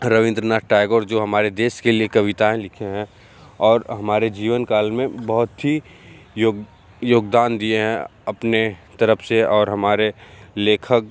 रबींद्रनाथ टैगोर जो हमारे देश के लिए कविताएं लिखे हैं और हमारे जीवन काल में बहुत ही योगदान दिए हैं अपने तरफ़ से और हमारे लेखक